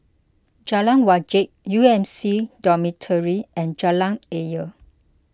Jalan Wajek U M C Dormitory and Jalan Ayer